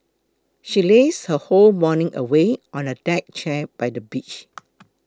she lazed her whole morning away on a deck chair by the beach